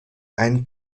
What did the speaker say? ein